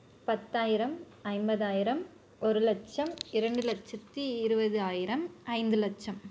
பத்தாயிரம் ஐம்பதாயிரம் ஒரு லட்சம் இரண்டு லட்சத்து இருபதாயிரம் ஐந்து லட்சம்